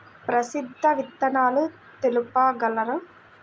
ప్రసిద్ధ విత్తనాలు తెలుపగలరు?